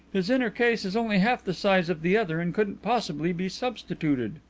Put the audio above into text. his inner case is only half the size of the other and couldn't possibly be substituted.